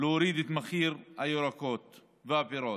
להוריד את מחיר הירקות והפירות.